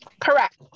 Correct